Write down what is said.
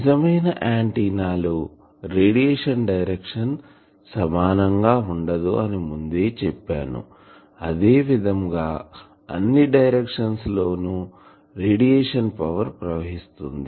నిజమైన ఆంటిన్నా లో radiation direction సమానం గా ఉండదు అని ముందే చెప్పను అదే విధంగా అన్ని డైరెక్షన్స్ లలో రేడియేషన్ పవర్ ప్రవహిస్తుంది